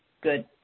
good